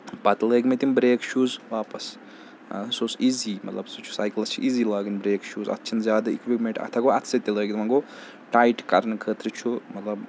پَتہٕ لٲگۍ مےٚ تِم برٛیک شوٗز واپَس سُہ اوس ایٖزی مطلب سُہ چھُ سایکٕلَس چھِ ایٖزی لاگٕنۍ برٛیک شوٗز اَتھ چھِنہٕ زیادٕ اِکوپمٮ۪نٛٹ اَتھ ہٮ۪کو اَتھٕ سۭتۍ تہِ لٲگِتھ وَنۍ گوٚو ٹایِٹ کَرنہٕ خٲطرٕ چھُ مطلب